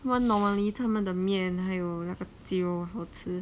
他们 normally 他们的面还有那个鸡肉好吃